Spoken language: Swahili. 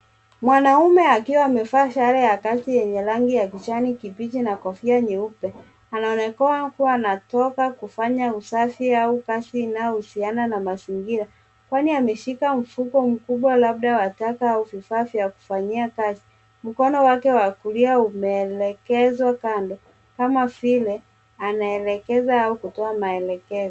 Mwanaume akiwa amevaa sare ya kazi lenye rangi ya kijani kibichi na kofia nyeupe. Anaonekana kuwa anatoka kufanya usafi au kazi inayohusiana na mazingira kwani ameshika mfuko mkubwa labda wa taka au vifaa vya kufanyia kazi. Mkono wake wa kulia umeelekezwa kando kama vile anaelekeza au kutoa maelekezo.